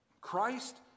Christ